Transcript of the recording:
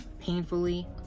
painfully